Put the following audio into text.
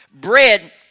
Bread